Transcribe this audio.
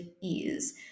ease